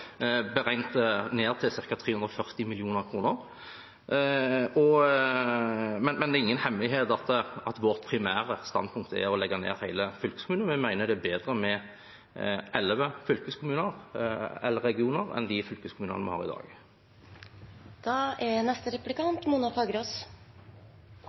beregnes ned til ca. 340 mill. kr. Men det er ingen hemmelighet at vårt primære standpunkt er å legge ned fylkeskommunene. Vi mener det er bedre med elleve fylkeskommuner eller regioner enn med de fylkeskommunene vi har i dag.